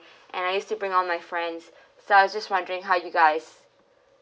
and I used to bring all my friends so I was just wondering how you guys